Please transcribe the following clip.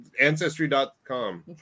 ancestry.com